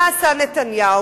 מה עשה נתניהו?